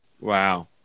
Wow